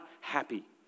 happy